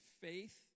faith